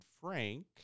Frank